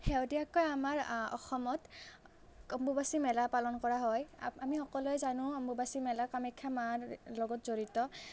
শেহতীয়াকৈ আমাৰ অসমত অম্বুবাচী মেলা পালন কৰা হয় আ আমি সকলোৱে জানো অম্বুবাচী মেলা কামাখ্যা মাৰ লগত জড়িত